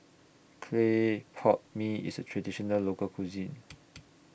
Clay Pot Mee IS A Traditional Local Cuisine